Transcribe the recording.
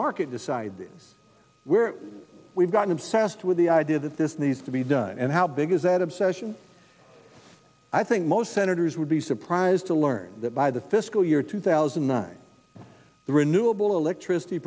market decide where we've got obsessed with the idea that this needs to be done and how big is that obsession i think most senators would be surprised to learn that by the fiscal year two thousand and nine the renewable electricity